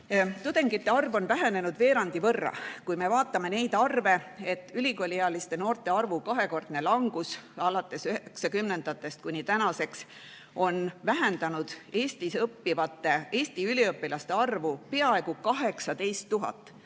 Tudengite arv on vähenenud veerandi võrra. Kui me vaatame neid arve, et ülikooliealiste noorte arvu kahekordne langus alates 1990‑ndatest kuni tänaseni on vähendanud Eestis õppivate Eesti üliõpilaste arvu peaaegu 18 000